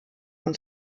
und